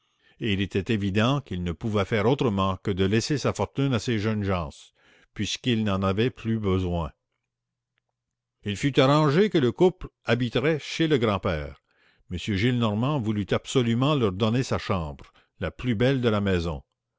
et il était évident qu'elle ne pouvait faire autrement que de laisser sa fortune à ces jeunes gens puisqu'ils n'en avaient plus besoin il fut arrangé que le couple habiterait chez le grand-père m gillenormand voulut absolument leur donner sa chambre la plus belle de la maison